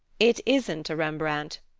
it isn't a rembrandt.